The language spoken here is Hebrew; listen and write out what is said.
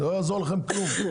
לא יעזור לכם כלום.